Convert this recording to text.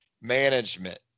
management